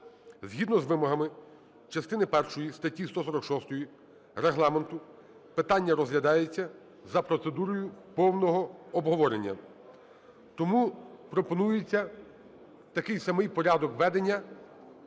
Згідно з вимогами частини першої статті 146 Регламенту питання розглядається за процедурою повного обговорення. Тому пропонується такий самий порядок ведення,